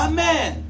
Amen